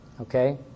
Okay